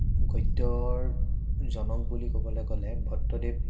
গদ্যৰ জনক বুলি ক'বলৈ গ'লে ভট্টদেৱ